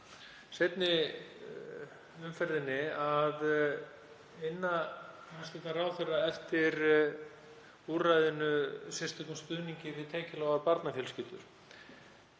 seinni umferðinni að inna hæstv. ráðherra eftir úrræðinu sérstökum stuðningi við tekjulágar barnafjölskyldur.